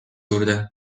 juurde